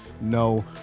no